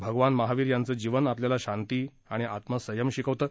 भगवान महावीर यांचं जीवन आपल्याला शांती आणि आत्मसंयम शिकवतं